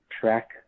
track